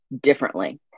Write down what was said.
differently